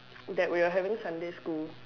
that we're having Sunday school